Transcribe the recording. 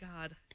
God